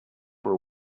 for